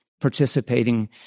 participating